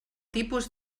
tipus